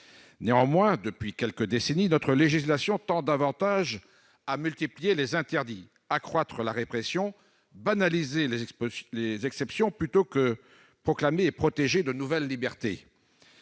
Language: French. Néanmoins, depuis quelques décennies, notre législation tend davantage à multiplier les interdits, à accroître la répression et à banaliser les exceptions plutôt qu'à proclamer et à protéger de nouvelles libertés.